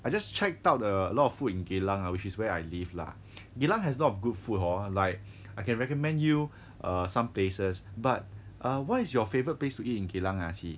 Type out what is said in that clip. I just checked out a lot of food in geylang lah which is where I live lah geylang has lot of good food hor like I can recommend you err some places but err what is your favourite place to eat in geylang ah qi